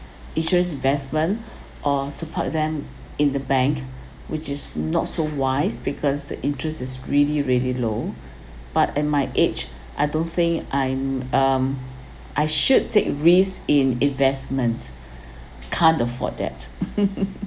insurance investment or to park them in the bank which is not so wise because the interest is really really low but at my age I don't think I'm um I should take risk in investments can't afford that